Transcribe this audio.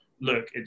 look